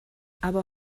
aber